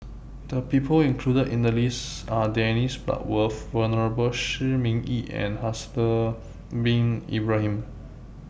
The People included in The list Are Dennis Bloodworth Venerable Shi Ming Yi and Haslir Bin Ibrahim